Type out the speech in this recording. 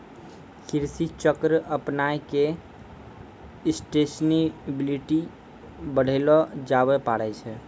कृषि चक्र अपनाय क सस्टेनेबिलिटी बढ़ैलो जाबे पारै छै